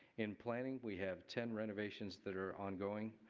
in planning we have ten renovations that are ongoing.